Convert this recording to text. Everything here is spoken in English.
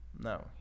No